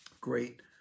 great